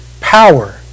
power